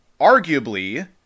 Arguably